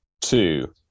two